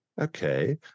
okay